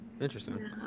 Interesting